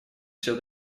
все